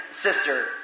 sister